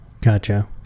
Gotcha